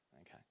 okay